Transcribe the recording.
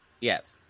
Yes